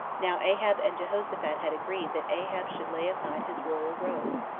now ahab and jehoshaphat had agreed that ahab should lay aside his royal robes,